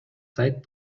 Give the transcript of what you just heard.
сайт